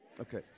Okay